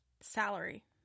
salary